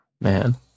Man